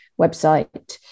website